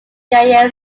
via